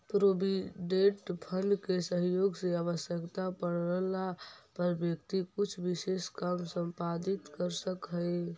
provident fund के सहयोग से आवश्यकता पड़ला पर व्यक्ति कुछ विशेष काम संपादित कर सकऽ हई